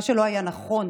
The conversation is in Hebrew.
מה שלא היה נכון,